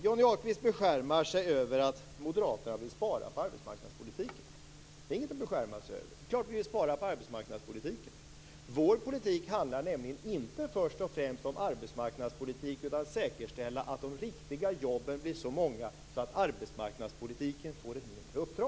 Johnny Ahlqvist beskärmar sig över att moderaterna vill spara på arbetsmarknadspolitiken. Det är inget att beskärma sig över. Det är klart att vi vill spara på arbetsmarknadspolitiken. Vår politik handlar nämligen inte först och främst om arbetsmarknadspolitik utan om att säkerställa att de riktiga jobben blir så många att arbetsmarknadspolitiken får ett mindre uppdrag.